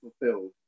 fulfilled